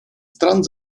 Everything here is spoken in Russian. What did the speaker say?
стран